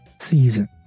season